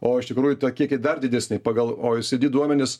o iš tikrųjų tą kiekiai dar didesni pagal oi sydy duomenis